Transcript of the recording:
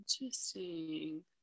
Interesting